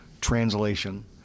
translation